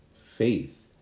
faith